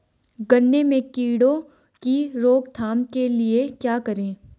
गन्ने में कीड़ों की रोक थाम के लिये क्या करें?